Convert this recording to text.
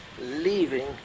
leaving